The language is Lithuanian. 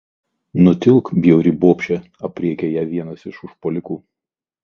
nutilk bjauri bobše aprėkia ją vienas užpuolikų